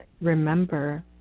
Remember